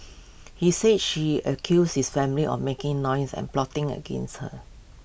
he said she accused his family or making noise and plotting against her